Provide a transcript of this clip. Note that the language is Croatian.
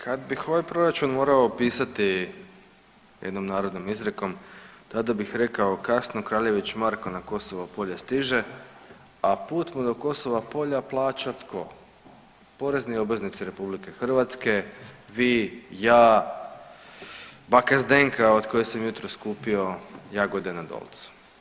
Kad bih ovaj proračun morao opisati jednom narodnom izrekom tada bih rekao kasno kraljević Marko na Kosovo Polje stiže, a put mu do Kosova Polja plaća tko, porezni obveznici RH, vi, ja, baka Zdenka od koje sam jutros kupio jagode na Dolcu.